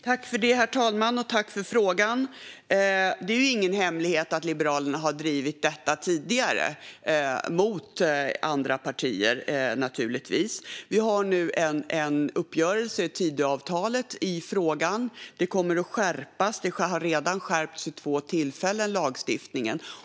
Herr talman! Jag tackar för frågan. Det är ingen hemlighet att Liberalerna har drivit detta tidigare - mot andra partier naturligtvis. Vi har nu en uppgörelse i Tidöavtalet i frågan. Lagstiftningen kommer att skärpas. Den har redan skärpts vid två tillfällen.